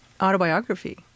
autobiography